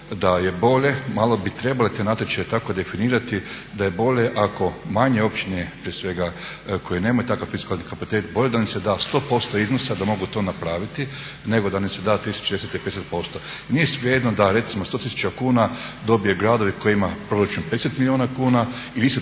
da je bolje, malo bi trebali te natječaje tako definirati, da je bolje ako manje općine prije svega koje nemaju takav fiskalni kapacitet bolje da im se da 100% iznosa da mogu to napraviti nego da im se da 30, 40 ili 50%. Nije svejedno da recimo 100 tisuća kuna dobije grad koji ima proračun 50 milijuna kuna i isto